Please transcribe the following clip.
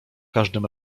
każdym